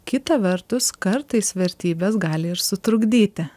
kita vertus kartais vertybės gali ir sutrukdyti